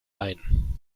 ein